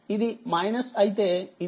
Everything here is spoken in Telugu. ఇది అయితే ఇది